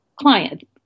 client